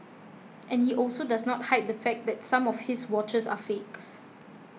and he also does not hide the fact that some of his watches are fakes